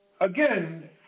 again